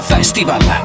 Festival